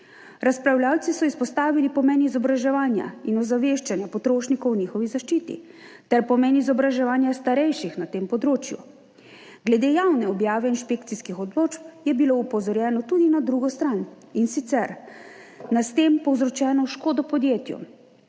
Razpravljavci so izpostavili pomen izobraževanja in ozaveščanja potrošnikov o njihovi zaščiti ter pomen izobraževanja starejših na tem področju. Glede javne objave inšpekcijskih odločb je bilo opozorjeno tudi na drugo stran, in sicer na s tem povzročeno škodo podjetju.